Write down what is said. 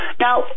Now